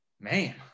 man